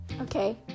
Okay